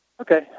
Okay